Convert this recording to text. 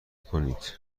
کنید